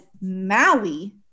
Maui